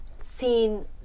seen